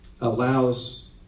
allows